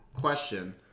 question